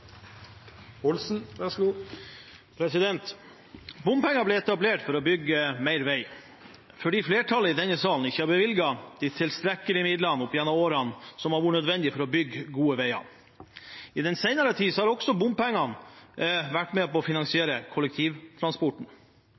ble etablert for å bygge mer vei fordi flertallet i denne sal ikke hadde bevilget tilstrekkelig med midler opp gjennom årene til å bygge gode veier. I den senere tid har også bompengene vært med på å finansiere kollektivtransporten.